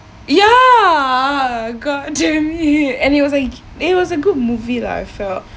ya goddamn it and it was like it was a good movie lah I felt